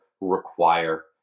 require